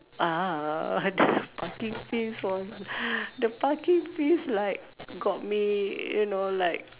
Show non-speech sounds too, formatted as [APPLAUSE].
uh [LAUGHS] the parking fees was [BREATH] the parking fees like got me you know like